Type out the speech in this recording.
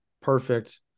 perfect